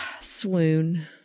swoon